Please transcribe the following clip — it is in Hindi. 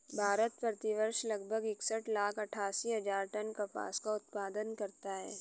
भारत, प्रति वर्ष लगभग इकसठ लाख अट्टठासी हजार टन कपास का उत्पादन करता है